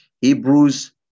Hebrews